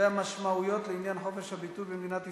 והמשמעויות לעניין חופש הביטוי במדינת ישראל,